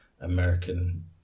American